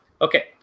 Okay